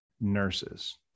nurses